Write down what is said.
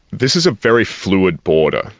this is a very fluid border.